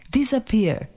Disappear